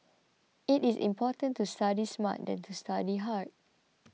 it is more important to study smart than to study hard